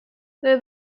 would